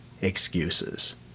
excuses